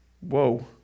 Whoa